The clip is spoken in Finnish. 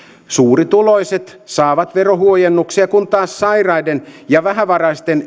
suurituloiset saavat verohuojennuksia kun taas sairaiden ja vähävaraisten